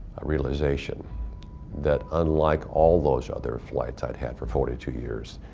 a realization that unlike all those other flights i'd had for forty two years,